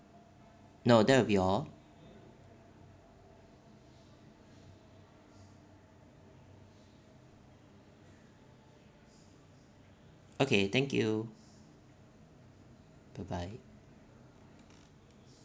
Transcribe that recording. no that would be all okay thank you bye bye